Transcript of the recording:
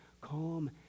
calm